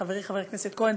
חברי חבר הכנסת כהן,